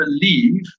believe